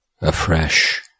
afresh